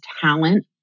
talent